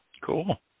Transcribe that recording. Cool